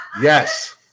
Yes